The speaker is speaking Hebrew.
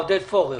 עודד פורר.